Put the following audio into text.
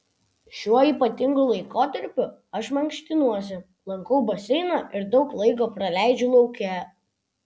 šiuo ypatingu laikotarpiu aš mankštinuosi lankau baseiną ir daug laiko praleidžiu lauke